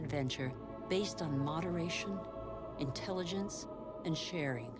in venture based on moderation intelligence and sharing